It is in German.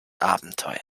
abenteuer